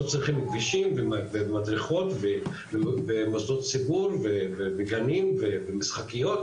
לא צריכים כבישים ומדרכות ומוסדות ציבור וגנים ומשחקיות?